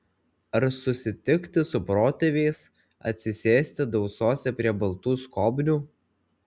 ar susitikti su protėviais atsisėsti dausose prie baltų skobnių